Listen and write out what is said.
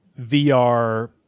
VR